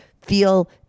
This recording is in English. Feel